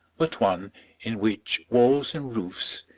but one in which walls and roofs,